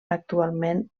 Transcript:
actualment